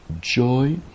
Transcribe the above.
joy